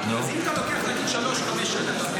אם אתה לוקח שלוש-חמש שנים, הם